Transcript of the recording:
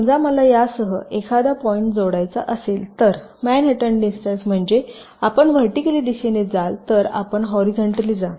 समजा मला यासह एखादा पॉईंट जोडायचा असेल तर मॅनहॅटन डिस्टन्स म्हणजे आपण व्हर्टीकली दिशेने जाल तर आपण हॉरीझॉनटली जा